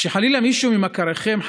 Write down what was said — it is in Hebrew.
כשחלילה מישהו ממכריכם,